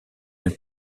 elle